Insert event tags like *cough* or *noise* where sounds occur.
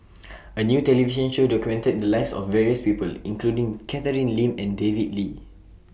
*noise* A New television Show documented The Lives of various People including Catherine Lim and David Lee